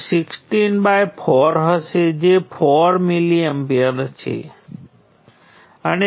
અને જો હું દરેક ચલનાં ગુણાંકને એક જૂથમાં ભેગા કરું તો મારી પાસે V1 × G12 V2 × G12 G23 gm V3 × G23 G m બરાબર 0 હશે તેથી મારી પાસે આ છે